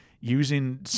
using